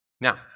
Now